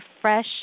fresh